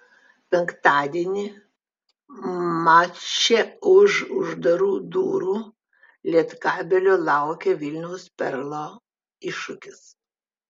penktadienį mače už uždarų durų lietkabelio laukia vilniaus perlo iššūkis